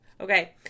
Okay